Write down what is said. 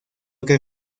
que